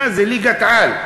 מה זה, ליגת-על.